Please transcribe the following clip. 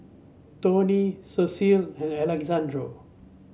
Toney Cecil and Alexandro